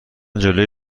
جلو